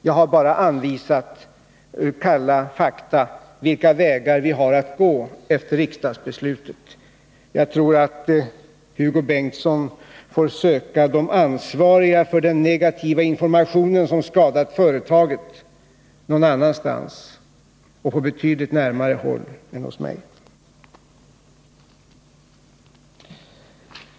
Jag har bara redovisat kalla fakta — vilka vägar vi har att gå efter riksdagsbeslutet. De ansvariga för den negativa information som skadat företaget får Hugo Bengtsson söka någon annanstans — och på betydligt närmare håll än hos mig.